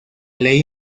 ley